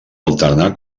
alternar